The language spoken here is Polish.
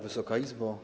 Wysoka Izbo!